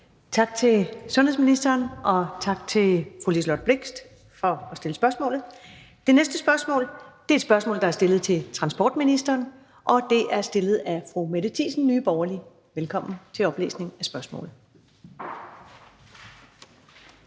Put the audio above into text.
Tak til sundhedsministeren, og tak til fru Liselott Blixt for at stille spørgsmålet. Det næste spørgsmål er til transportministeren, og det er stillet af fru Mette Thiesen, Nye Borgerlige. Kl. 16:28 Spm.